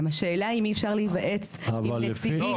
גם השאלה עם מי אפשר להיוועץ עם נציגים.